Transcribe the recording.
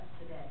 today